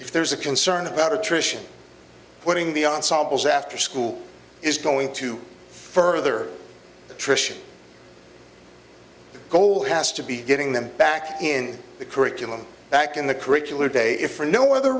if there's a concern about attrition putting the ensembles after school is going to further attrition the goal has to be getting them back in the curriculum back in the curricular day if for no other